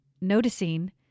noticing